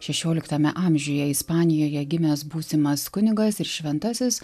šešioliktame amžiuje ispanijoje gimęs būsimas kunigas ir šventasis